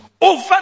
over